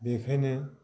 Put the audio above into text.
बेखायनो